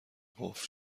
قفل